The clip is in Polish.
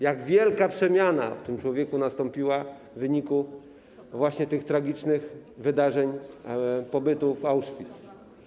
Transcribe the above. Jaka wielka przemiana w tym człowieku nastąpiła w wyniku właśnie tych tragicznych wydarzeń, pobytu w Auschwitz.